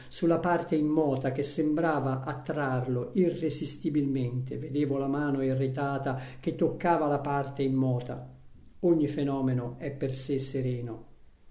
sulla parte immota che sembrava attrarlo irresistibilmente vedevo la mano irritata che toccava la parte immota ogni fenomeno è per sé sereno